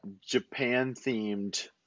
Japan-themed